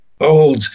old